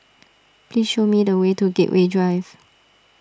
please show me the way to Gateway Drive